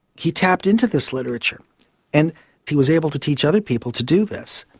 he tapped into this literature and he was able to teach other people to do this.